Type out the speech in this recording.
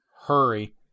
Hurry